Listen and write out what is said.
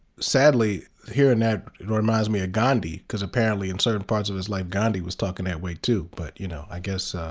sadly, hearing that reminds me of gandhi, because apparently in certain parts of his life gandhi was talking that way, too. but you know, i guess